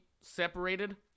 separated